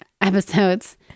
episodes